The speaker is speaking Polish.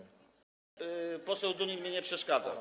Nie, poseł Dunin mi nie przeszkadza.